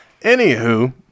Anywho